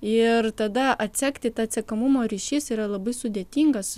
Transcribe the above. ir tada atsekti tą atsekamumo ryšys yra labai sudėtingas